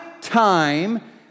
time